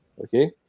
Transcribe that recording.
okay